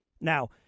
Now